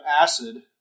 acid